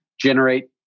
generate